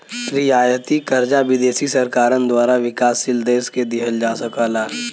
रियायती कर्जा विदेशी सरकारन द्वारा विकासशील देश के दिहल जा सकला